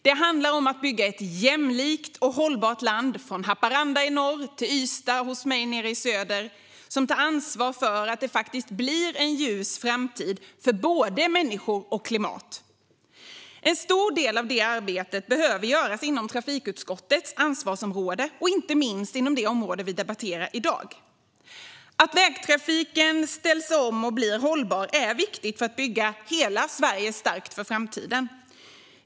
Det handlar om att bygga ett jämlikt och hållbart land från Haparanda i norr till Ystad hos mig nere i söder, som tar ansvar för att det faktiskt blir en ljus framtid för både människor och klimat. En stor del av det arbetet behöver göras inom trafikutskottets ansvarsområde och inte minst inom det område vi debatterar i dag. Att vägtrafiken ställs om och blir hållbar är viktigt för att bygga hela Sverige starkt för framtiden.